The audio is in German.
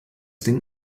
ding